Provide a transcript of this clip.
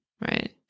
Right